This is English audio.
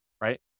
right